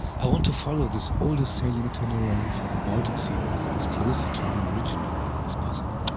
i want to follow this oldest sailing itinerary for the baltic sea as closely to the original as possible.